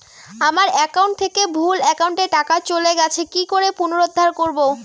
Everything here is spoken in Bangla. আমার একাউন্ট থেকে ভুল একাউন্টে টাকা চলে গেছে কি করে পুনরুদ্ধার করবো?